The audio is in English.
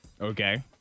Okay